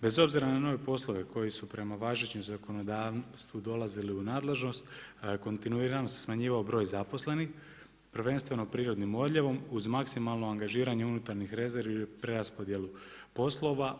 Bez obzira na nove poslove koji su prema važećem zakonodavstvu dolazile u nadležnost kontinuirano se smanjivao broj zaposlenih, prvenstveno prirodnim odljevom uz maksimalno angažiranje unutarnjih rezervi, preraspodjelu poslova.